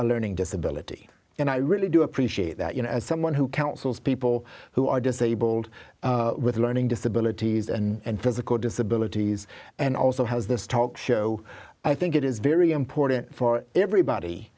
a learning disability and i really do appreciate that you know as someone who counsels people who are disabled with learning disabilities and physical disabilities and also has this talk show i think it is very important for everybody